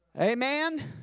Amen